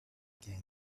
can